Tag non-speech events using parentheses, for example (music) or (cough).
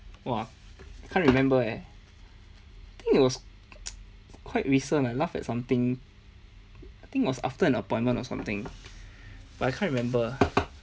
!wah! can't remember eh I think it was (noise) quite recent I laugh at something I think was after an appointment or something but I can't remember